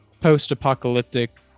post-apocalyptic